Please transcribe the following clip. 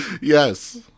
Yes